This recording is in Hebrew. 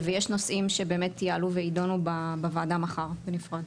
ויש נושאים שבאמת יעלו ויידונו בוועדה מחר, בנפרד.